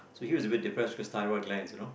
so he was a bit depressed cause thyroid glands you know